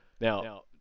Now